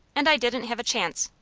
and i didn't have a chance.